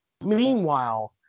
Meanwhile